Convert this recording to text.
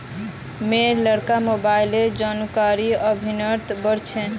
मोर लड़का मुंबईत जनुकीय अभियांत्रिकी पढ़ छ